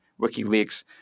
WikiLeaks